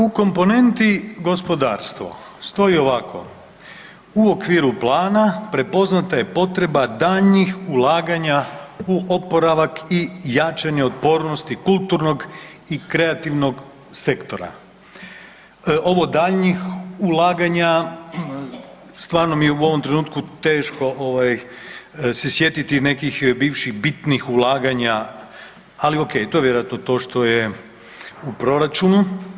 U komponenti gospodarstvo stoji ovako, u okviru Plana, prepoznata je potreba daljnjih ulaganja u oporavak i jačanje otpornosti kulturnog i kreativnog sektora, ovo daljnjih ulaganja, stvarno mi je u ovom trenutku teško se sjetiti nekih bivših bitnih ulaganja, ali ok, to je vjerojatno to što je u Proračunu.